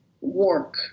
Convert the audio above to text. work